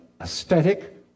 aesthetic